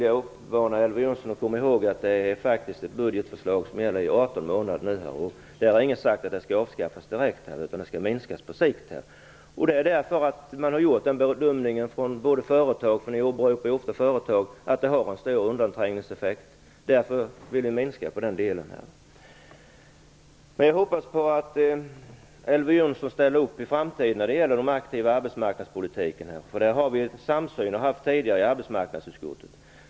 Jag uppmanar Elver Jonsson att komma ihåg att det faktiskt är ett budgetförslag som gäller i 18 månader. Ingen har sagt att ALU skall avskaffas direkt, utan det skall minskas på sikt. Det gör vi därför att både företag och jordbruk - det är ofta företag - har gjort bedömningen att projekten har en stor undanträngningseffekt. Därför vill vi minska på den delen. Jag hoppas att Elver Jonsson ställer upp i framtiden när det gäller den aktiva arbetsmarknadspolitiken. Vi har tidigare haft en samsyn i arbetsmarknadsutskottet.